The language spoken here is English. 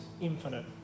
infinite